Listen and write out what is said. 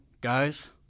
guys